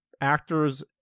Actors